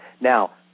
now